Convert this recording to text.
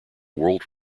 world